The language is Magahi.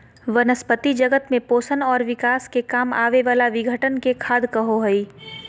वनस्पती जगत में पोषण और विकास के काम आवे वाला विघटन के खाद कहो हइ